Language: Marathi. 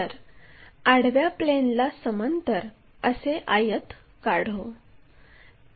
तर आडव्या प्लेनला समांतर असे आयत काढू